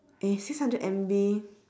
eh six hundred M_B